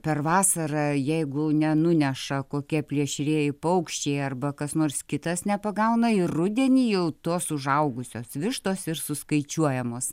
per vasarą jeigu nenuneša kokie plėšrieji paukščiai arba kas nors kitas nepagauna ir rudenį jau tos užaugusios vištos ir suskaičiuojamos